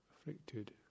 afflicted